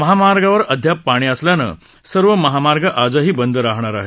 महामार्गवर अद्याप पाणी असल्यानं सर्व महामार्ग आजही बंद राहणार आहेत